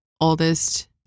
oldest